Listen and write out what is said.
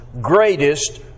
greatest